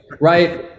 right